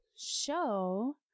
show